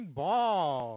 ball